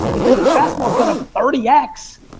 if vintage basketball has gone up thirty x,